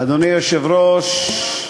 אדוני היושב-ראש,